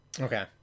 okay